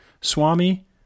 Swami